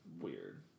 weird